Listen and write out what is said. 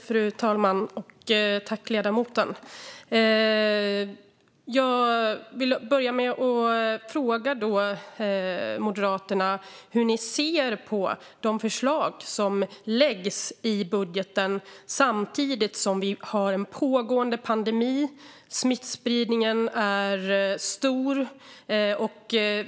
Fru talman! Jag vill börja med att fråga ledamoten Arin Karapet och Moderaterna hur de ser på de förslag som läggs fram i budgeten. Vi har ju en pågående pandemi, och smittspridningen är stor.